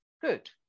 Good